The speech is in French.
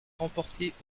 remportée